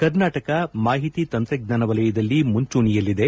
ಕರ್ನಾಟಕ ಮಾಹಿತಿ ತಂತ್ರಜ್ಞಾನ ವಲಯದಲ್ಲಿ ಮುಂಚೂಣಿಯಲ್ಲಿದೆ